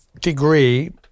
degree